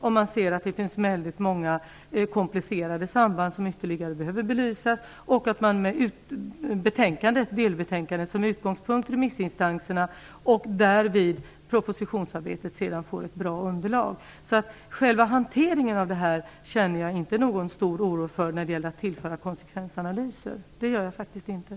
Om man ser att det finns väldigt många komplicerade samband som ytterligare behöver belysas, genomför man kanske t.o.m. en hearing, där remissinstanserna med delbetänkandet som utgångspunkt kan ge ett bra underlag för propositionsarbetet. Jag känner alltså inte någon stor oro för hanteringen av konsekvensanalyser i detta sammanhang.